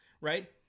right